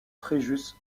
fréjus